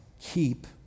Keep